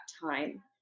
time